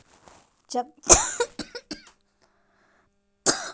चकोतरा मलेरिया बुखार में बहुत लाभदायक होवय हई नियमित सेवन से पाचनक्रिया ठीक रहय हई